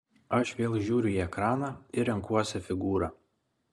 aš vėl žiūriu į ekraną ir renkuosi figūrą